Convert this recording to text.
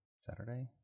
Saturday